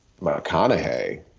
McConaughey